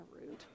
rude